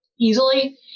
easily